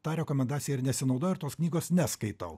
ta rekomendacija ir nesinaudoju tos knygos neskaitau